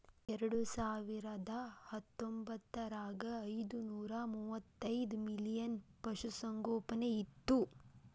ಎರೆಡಸಾವಿರದಾ ಹತ್ತೊಂಬತ್ತರಾಗ ಐದನೂರಾ ಮೂವತ್ತೈದ ಮಿಲಿಯನ್ ಪಶುಸಂಗೋಪನೆ ಇತ್ತು